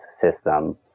system